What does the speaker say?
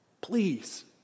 Please